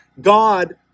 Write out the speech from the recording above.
God